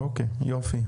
אוקיי, יופי.